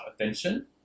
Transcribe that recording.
attention